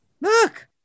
look